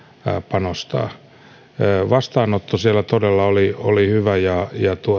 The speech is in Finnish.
panostaa vastaanotto siellä todella oli oli hyvä ja